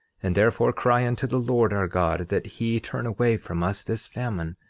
and therefore cry unto the lord our god that he turn away from us this famine,